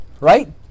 Right